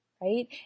right